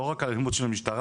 לא רק על אלימות של המשטרה.